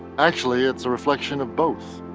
actually, it's a reflection of both.